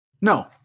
No